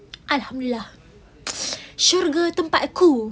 alhamdullilah syurga tempat ku